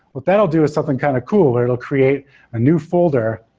what that'll do is something kind of cool or it'll create a new folder,